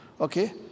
okay